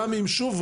גם אם שוב,